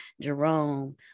Jerome